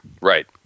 right